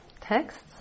texts